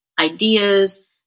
ideas